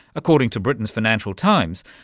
according to britain's financial times,